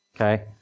Okay